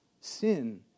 Sin